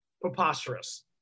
Preposterous